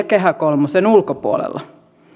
kehä kolmosen ulkopuolella